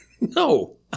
no